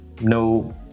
No